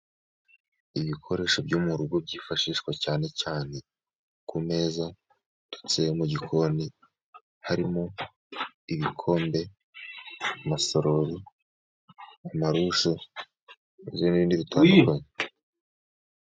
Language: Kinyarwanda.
Ibikoresho byo mu rugo byifashishwa cyane cyane ku meza, ndetse mu gikoni harimo ibikombe, amasarori, amarushe n'ibindi bitandukanye.